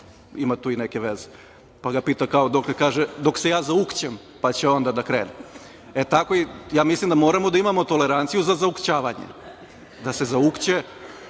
ima tu i neke veze, pa ga pita dokle, kaže dok se ja zaukćem, pa ću onda da krenem. Ja mislim da moramo da imamo toleranciju za zaukćavanje. Da se zaukće,